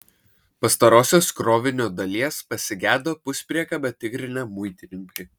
pastarosios krovinio dalies pasigedo puspriekabę tikrinę muitininkai